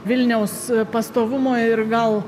vilniaus pastovumo ir gal